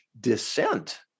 dissent